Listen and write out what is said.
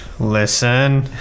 Listen